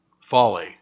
folly